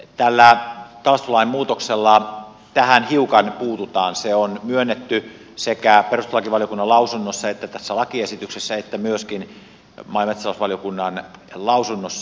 tällä kalastuslain muutoksella tähän hiukan puututaan se on myönnetty sekä perustuslakivaliokunnan lausunnossa että tässä lakiesityksessä että myöskin maa ja metsätalousvaliokunnan lausunnossa